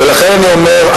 ולכן אני אומר,